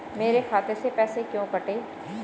मेरे खाते से पैसे क्यों कटे?